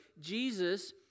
Jesus